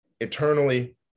eternally